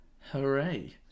hooray